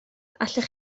allech